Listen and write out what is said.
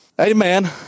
Amen